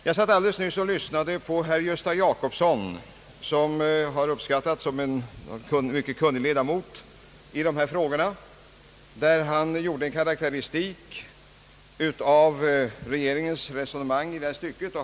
Jag satt alldeles nyss och lyssnade på herr Gösta Jacobsson, som jag har uppskattat som en mycket kunnig ledamot i dessa frågor, när han gjorde en karakteristik av regeringens resonemang i detta stycke.